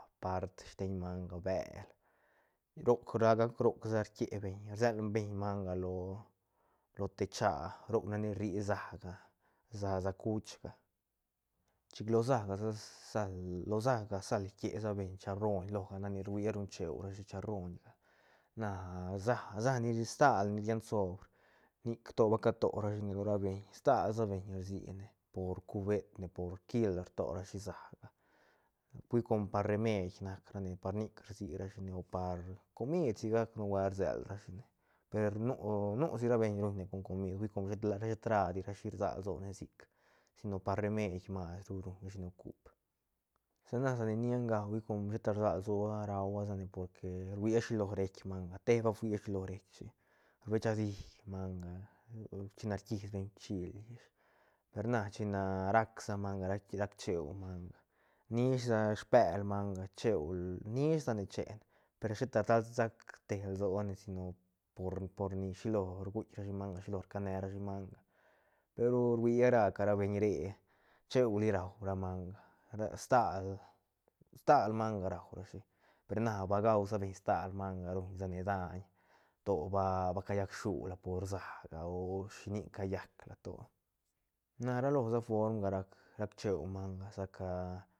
Part steñ manga bel roc ra gac roc rkie beñ rsel beñ manga lo te chä roc nac ni rri säga sä sä cuch ga chic lo sä gasa sal lo sä ga sal rkie sabeñ charroñ loga nac ni ruia ruñ cheurashi charroñga na sä sä ni stal ni rian soobr nic to ba cato rashine lo ra beñ stal sa beñ rsine por cubetne por kil rto ra shi säga hui com pa remeid nac ra ne par nic rsirashine o par comid si gac nubuelt selrashine per nu- nu si ra beñ ruñne com comid hui com shet- shet radi rashi rsag lsone sic si no par remeid mas ru ruñrashine cup sa na sa ni nia nga hui com sheta rsag lsoa rahua sane porque ruia shilo reitk manga te ba fuia shilo reitk shi rbeshadi manga china rkisbeñ uichil per na china rac sa manga rac- rac cheu manga nisha spel manga cheu nish sa ne chen per sheta ta sac te lsoane si no por- por ni shilo rguitk rashi manga rshilo rcane rashi manga pe ru ruira ra ca ra beñ re cheuli rau ra manga ra stal stal manga raurashi per na ba gausa beñ stal manga ruñsane daiñ to ba- ba callac shula por säga o shinic callacla to na ra lo sa formga rac- rac cheu manga sa ca.